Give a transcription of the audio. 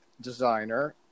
designer